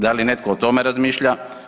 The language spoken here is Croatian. Da li netko o tome razmišlja?